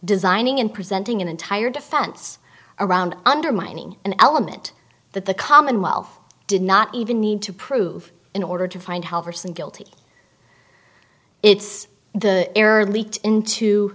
designing and presenting an entire defense around undermining an element that the commonwealth did not even need to prove in order to find however some guilty it's the error leaked into